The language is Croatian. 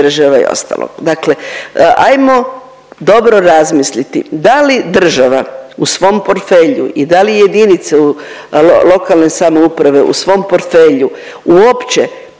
država i ostalo. Dakle, ajmo dobro razmisliti da li država u svom portfelju i da li jedinica lokalne samouprave u svom portfelju uopće